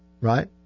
right